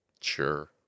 Sure